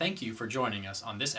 thank you for joining us on this